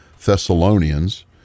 Thessalonians